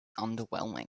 underwhelming